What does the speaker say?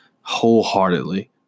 wholeheartedly